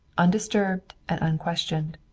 undisturbed and unquestioned.